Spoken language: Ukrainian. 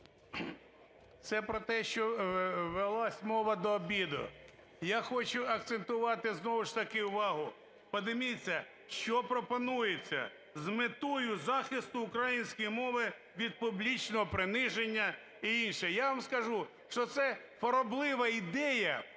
Це про те, що велась мова до обіду. Я хочу акцентувати знову ж таки увагу, подивіться, що пропонується: "З метою захисту української мови від публічного приниження…" і інше. Я вам скажу, що це хвороблива ідея,